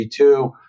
G2